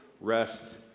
rest